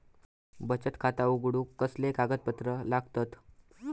बचत खाता उघडूक कसले कागदपत्र लागतत?